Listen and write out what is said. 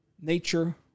nature